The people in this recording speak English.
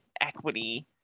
equity